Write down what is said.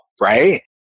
right